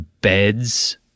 beds